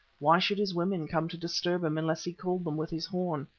why should his women come to disturb him unless he called them with his horn?